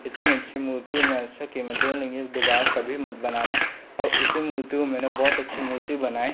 इतनी अच्छी मूर्ति की मैं ऐसी कीमत दूँगा कि दुबारा कभी मत बनाना और उसी मूर्ति को मैंने बहुत अच्छी मूर्ति बनाई